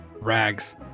rags